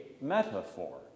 metaphor